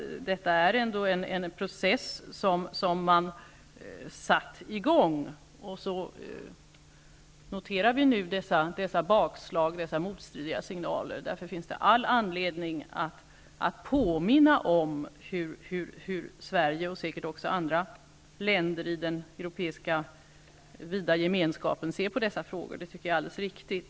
Jag har ändå uppfattat att man i Turkiet har satt i gång denna process. Men vi kan nu notera dessa bakslag och motstridiga signaler. Därför finns det all anledning att påminna om hur Sverige och säkert även andra länder i den vida europeiska gemenskapen ser på dessa frågor. Det tycker jag är alldeles riktigt.